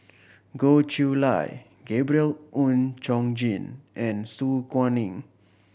Goh Chiew Lye Gabriel Oon Chong Jin and Su Guaning